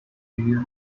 williams